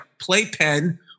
playpen